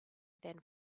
than